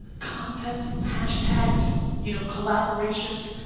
content, hashtags, you know collaborations,